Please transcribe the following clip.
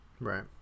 Right